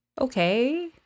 Okay